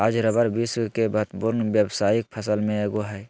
आज रबर विश्व के महत्वपूर्ण व्यावसायिक फसल में एगो हइ